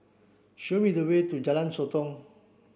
show me the way to Jalan Sotong